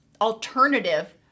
alternative